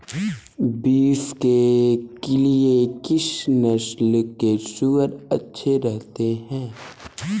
Beef के लिए किस नस्ल के सूअर अच्छे रहते हैं?